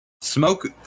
Smoke